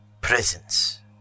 presence